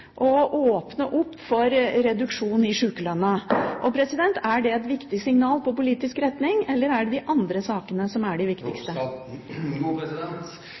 og åpne for reduksjon i sykelønnen. Er det et viktig signal på politisk retning? Eller er det de andre sakene som er de viktigste?